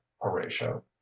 horatio